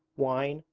wine,